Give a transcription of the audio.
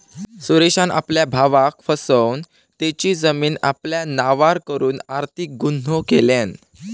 सुरेशान आपल्या भावाक फसवन तेची जमीन आपल्या नावार करून आर्थिक गुन्हो केल्यान